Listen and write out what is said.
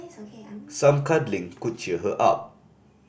some cuddling could cheer her up